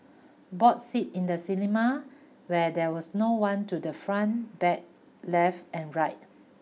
bought seat in the cinema where there was no one to the front back left and right